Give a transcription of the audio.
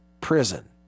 prison